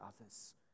others